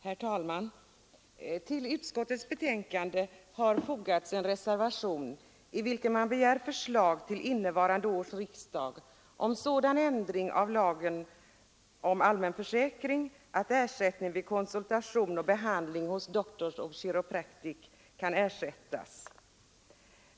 Herr talman! Till utskottets betänkande har fogats en reservation i vilken man begär förslag till innevarande års riksdag om sådan ändring av lagen om allmän försäkring att ersättning vid konsultation och behandling hos Doctors of Chiropractic kan erhållas.